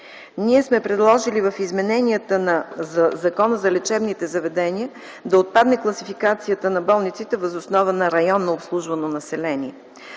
Ние сме предложили в измененията на Закона за лечебните заведения да отпадне класификацията на болниците въз основа на районно обслужвано население,